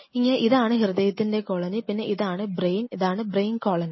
ഇനി ഇതാണ് ഹൃദയത്തിൻറെ കോളനി പിന്നെ ഇതാണ് ബ്രെയിൻ ഇതാണ് ബ്രെയിൻ കോളനി